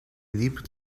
libre